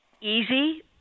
easy